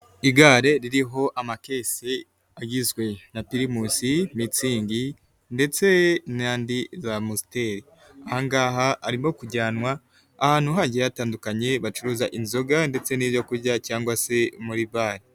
Igare ririho amakese, agizwe na Pirimusi, Mitsingi, ndetse n'andi za Amusiteri. Ahangaha arimo kujyanwa, ahantu hagiye hatandukanye bacuruza inzoga ndetse n'ibyo kurya cyangwa se muri Bare.